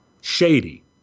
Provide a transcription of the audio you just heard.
shady